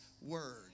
Word